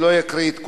ולא אקריא את כולם,